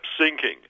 sinking